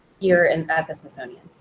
here and at the smithsonian.